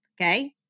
okay